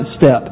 step